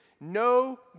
no